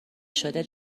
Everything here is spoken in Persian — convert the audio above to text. شده